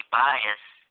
biased